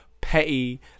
Petty